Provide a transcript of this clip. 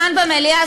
וגם כאן במליאה,